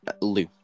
Lou